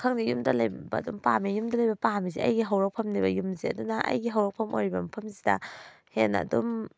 ꯈꯪꯗꯦ ꯌꯨꯝꯗ ꯂꯩꯕ ꯑꯗꯨꯝ ꯄꯥꯝꯃꯦ ꯌꯨꯝꯗ ꯂꯩꯕ ꯄꯥꯝꯃꯤꯁꯦ ꯑꯩꯒꯤ ꯍꯧꯔꯛꯐꯝꯅꯦꯕ ꯌꯨꯝꯁꯦ ꯑꯗꯨꯅ ꯑꯩꯒꯤ ꯍꯧꯔꯛꯐꯝ ꯑꯣꯏꯔꯤꯕ ꯃꯐꯝꯁꯤꯗ ꯍꯦꯟꯅ ꯑꯗꯨꯝ